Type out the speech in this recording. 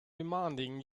demanding